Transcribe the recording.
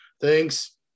Thanks